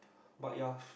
but you are